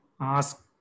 ask